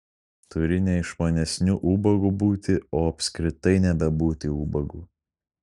turi ne išmanesniu ubagu būti o apskritai nebebūti ubagu